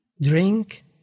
drink